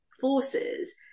forces